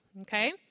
okay